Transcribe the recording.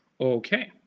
okay